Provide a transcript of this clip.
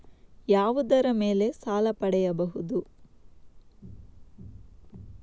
ಯಾವುದರ ಮೇಲೆ ಸಾಲ ಪಡೆಯಬಹುದು?